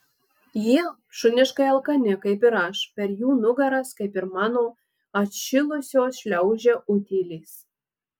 jie šuniškai alkani kaip ir aš per jų nugaras kaip ir mano atšilusios šliaužia utėlės